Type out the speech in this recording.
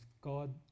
God